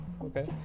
okay